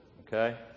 okay